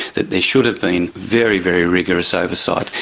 that there should have been very, very rigorous oversight.